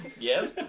yes